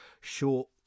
short